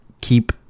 keep